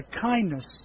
kindness